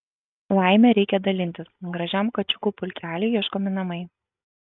laime reikia dalintis gražiam kačiukų pulkeliui ieškomi namai